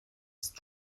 ist